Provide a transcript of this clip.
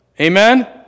Amen